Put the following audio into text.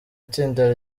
itsinda